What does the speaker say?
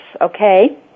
okay